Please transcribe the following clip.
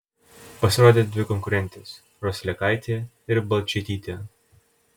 pasirodė dvi konkurentės roslekaitė ir balčėtytė